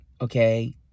okay